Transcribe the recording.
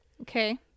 okay